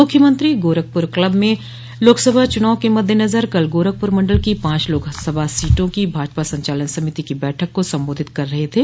मुख्यमंत्री गोरखपुर क्लब में लोकसभा चुनाव के मद्देनजर कल गोरखपुर मंडल की पांच लोकसभा सीटों की भाजपा संचालन समिति की बैठक को संबोधित कर रहे थे